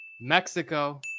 Mexico